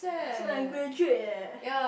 that's when I graduate leh